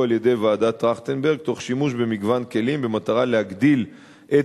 על-ידי טרכטנברג תוך שימוש במגוון כלים במטרה להגדיל את